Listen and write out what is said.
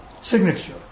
signature